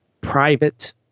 private